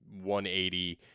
180